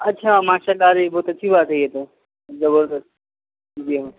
اچھا ماسٹر تاج ایک بہت اچھی بات ہے یہ تو زبردست جی ہاں